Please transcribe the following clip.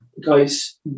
guys